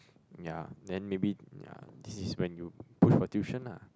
ya then maybe ya this is when you push for tuition lah